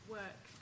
work